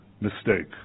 mistake